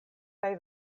kaj